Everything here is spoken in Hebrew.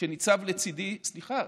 שניצב לצידי: סליחה,